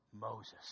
Moses